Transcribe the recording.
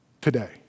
today